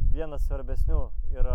vienas svarbesnių yra